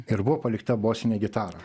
ir buvo palikta bosinė gitara